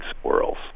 squirrels